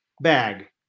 bag